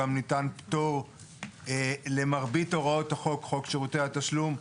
גם ניתן פטור למרבית הוראות חוק שירותי התשלום.